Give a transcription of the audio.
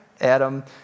Adam